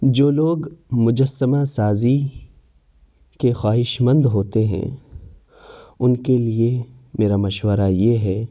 جو لوگ مجسمہ سازی کے خواہش مند ہوتے ہیں ان کے لیے میرا مشورہ یہ ہے